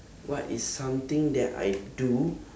what is something that I do